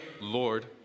Lord